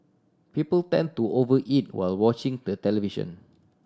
people tend to over eat while watching the television